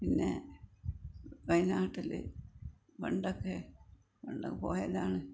പിന്നെ വയനാട്ടിൽ പണ്ടൊക്കെ പണ്ട് പോയതാണ്